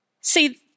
See